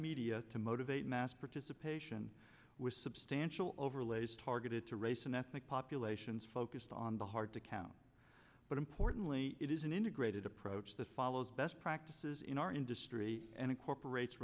media to motivate mass participation with substantial overlays targeted to race and ethnic populations focused on the hard to count but importantly it is an integrated approach that follows best practices in our industry and incorporates